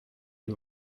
die